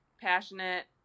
passionate